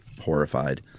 horrified